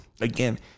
again